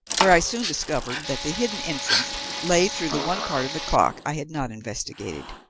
where i soon discovered that the hidden entrance lay through the one part of the clock i had not investigated.